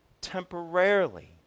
temporarily